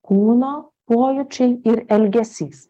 kūno pojūčiai ir elgesys